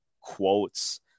Quotes